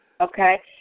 okay